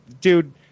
dude